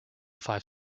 five